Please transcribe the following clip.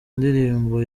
indirimbo